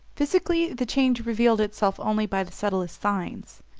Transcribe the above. physically the change revealed itself only by the subtlest signs.